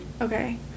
Okay